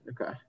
Okay